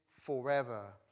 forever